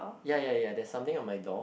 ya ya ya there's something on my door